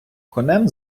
конем